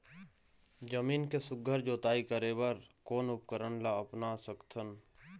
जमीन के सुघ्घर जोताई करे बर कोन उपकरण ला अपना सकथन?